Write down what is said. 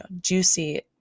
juicy